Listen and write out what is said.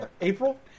April